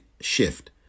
shift